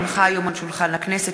כי הונחו היום על שולחן הכנסת,